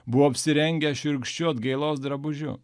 buvo apsirengęs šiurkščiu atgailos drabužiu